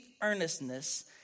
earnestness